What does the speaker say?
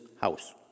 house